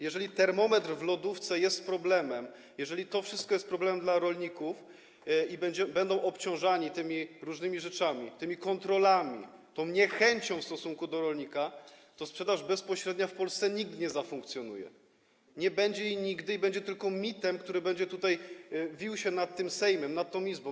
Jeżeli termometr w lodówce jest problemem, jeżeli to wszystko jest problemem dla rolników i jeżeli będą oni obciążani tymi różnymi rzeczami, tymi kontrolami, tą niechęcią w stosunku do nich, to sprzedaż bezpośrednia w Polsce nigdy nie zafunkcjonuje, nie będzie jej nigdy, będzie tylko mitem, który będzie wił się nad tym Sejmem, nad tą Izbą.